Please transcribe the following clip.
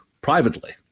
privately